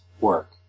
work